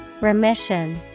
Remission